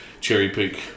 cherry-pick